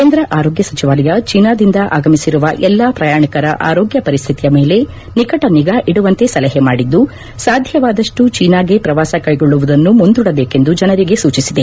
ಕೇಂದ್ರ ಆರೋಗ್ಯ ಸಚಿವಾಲಯ ಚೀನಾದಿಂದ ಆಗಮಿಸಿರುವ ಎಲ್ಲಾ ಪ್ರಯಾಣಿಕರ ಆರೋಗ್ಯ ಪರಿಸ್ಥಿತಿಯ ಮೇಲೆ ನಿಕಟ ನಿಗಾ ಇಡುವಂತೆ ಸಲಹೆ ಮಾಡಿದ್ದು ಸಾಧ್ಯವಾದಷ್ಟು ಚೀನಾಗೆ ಪ್ರವಾಸ ಕೈಗೊಳ್ಳುವುದನ್ನು ಮುಂದೂಡಬೇಕೆಂದು ಜನರಿಗೆ ಸೂಚಿಸಿದೆ